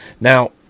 now